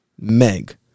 meg